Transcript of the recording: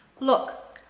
look,